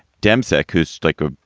dem sec, whose stickered,